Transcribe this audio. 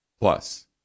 Plus